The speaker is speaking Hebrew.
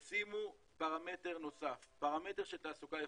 תשימו פרמטר נוסף, פרמטר של תעסוקה איכותית.